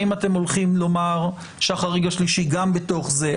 האם אתם הולכים למותר שהחריג השלישי גם בתוך זה.